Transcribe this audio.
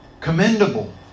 commendable